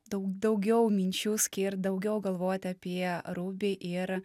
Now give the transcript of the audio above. daug daugiau minčių skirt daugiau galvoti apie rubį ir